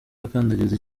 akandagiza